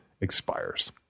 expires